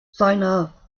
seiner